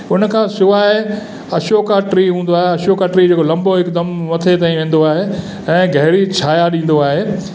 उन खां सवाइ अशोका ट्री हूंदो आहे अशोका ट्री जेको लंबो हिकदमि मथे ताईं वेंदो आहे ऐं गहिरी छाया ॾींदो आहे